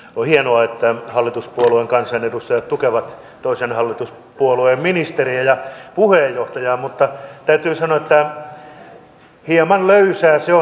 on hienoa että hallituspuolueen kansanedustajat tukevat toisen hallituspuolueen ministeriä ja puheenjohtajaa mutta täytyy sanoa että hieman löysää se on